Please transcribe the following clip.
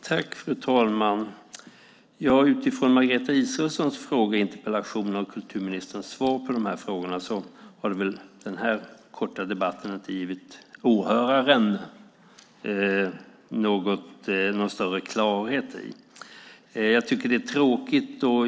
Fru talman! Utifrån Margareta Israelssons frågor i interpellationen och kulturministerns svar på frågorna har den här korta debatten inte givit åhöraren någon större klarhet. Jag tycker att det är tråkigt.